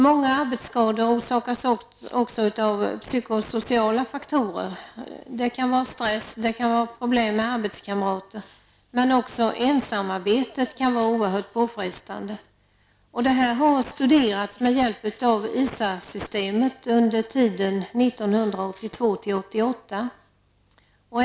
Många arbetsskador orsakas också av psykosociala faktorer; det kan vara stress, det kan vara problem med arbetskamrater -- men också ensamarbete kan vara oerhört påfrestande. Detta har studerats med hjälp av ISA-systemet under tiden 1982--1988.